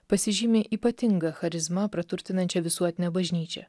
pasižymi ypatinga charizma praturtinančia visuotinę bažnyčią